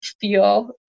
feel